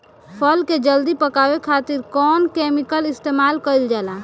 फल के जल्दी पकावे खातिर कौन केमिकल इस्तेमाल कईल जाला?